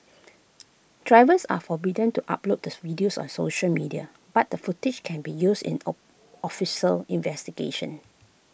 drivers are forbidden to upload this videos on social media but the footage can be used in O official investigations